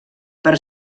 per